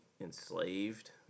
enslaved